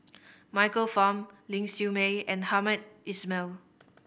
Michael Fam Ling Siew May and Hamed Ismail